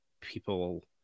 people